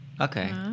Okay